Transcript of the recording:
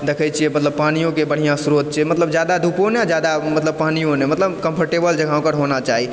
देखै छियै मतलब पानियोके बढ़िऑं स्रोत छै मतलब जादा धूपो नहि जादा पानियो नहि मतलब कम्फर्टेबल जगह ओकर होना चाही